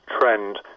trend